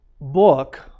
book